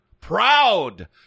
proud